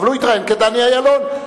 אבל הוא התראיין כדני אילון.